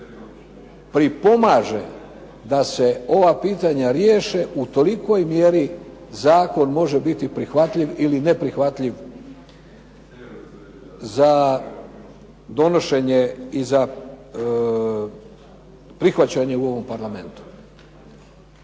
pripomaže da se ova pitanja riješe u tolikoj mjeri zakon može biti prihvatljiv ili neprihvatljiv za donošenje i za prihvaćanje u ovom Parlamentu.